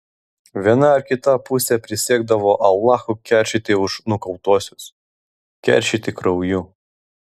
viena ar kita pusė prisiekdavo alachu keršyti už nukautuosius keršyti krauju